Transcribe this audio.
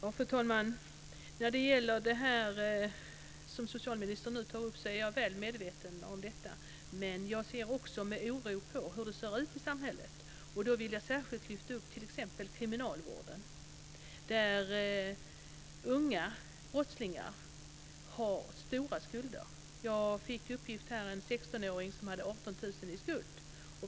Fru talman! Jag är väl medveten om det som socialministern nu tar upp. Men jag ser också med oro på hur det ser ut i samhället. Då vill jag särskilt lyfta upp t.ex. kriminalvården. Unga brottslingar har stora skulder. Jag fick en uppgift om en 16-åring som hade 18 000 kr i skuld.